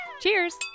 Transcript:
cheers